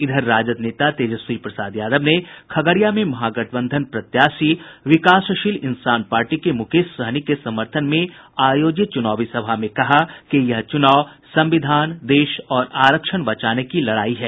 इधर राजद नेता तेजस्वी प्रसाद यादव ने खगड़िया में महागठबंधन प्रत्याशी विकासशील इंसान पार्टी के मुकेश सहनी के समर्थन में आयोजित चुनावी सभा में कहा कि यह चुनाव संविधान देश और आरक्षण बचाने की लड़ाई है